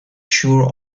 sure